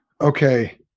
Okay